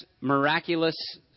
miraculous